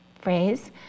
phrase